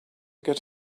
get